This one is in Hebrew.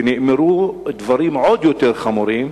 ונאמרו דברים עוד יותר חמורים,